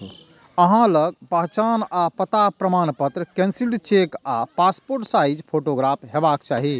अहां लग पहचान आ पता प्रमाणपत्र, कैंसिल्ड चेक आ पासपोर्ट साइज फोटोग्राफ हेबाक चाही